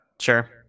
Sure